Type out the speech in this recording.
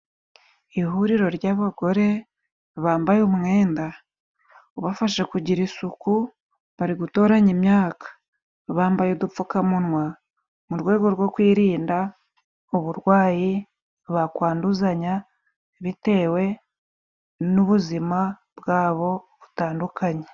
Ihuriro ry'abagore bambaye umwenda ubafasha kugira isuku, bari gutoranya imyaka bambaye udupfukamunwa, mu rwego rwo kwirinda uburwayi bakwanduzanya bitewe n'ubuzima bwabo butandukanye.